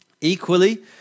Equally